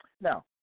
Now